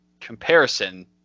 comparison